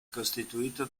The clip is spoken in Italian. costituito